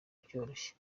byoroshye